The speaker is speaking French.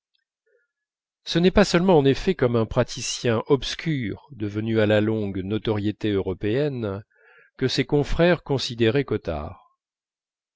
ce n'est pas seulement en effet comme un praticien obscur devenu à la longue notoriété européenne que ses confrères considéraient cottard